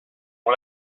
ont